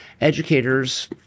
educators